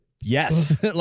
yes